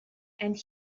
and